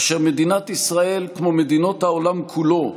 אשר מדינת ישראל, כמו מדינות העולם כולו,